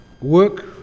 Work